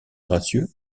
gracieux